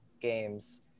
games